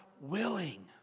willing